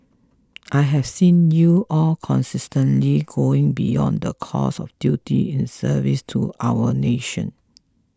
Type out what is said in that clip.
I have seen you all consistently going beyond the call of duty in service to our nation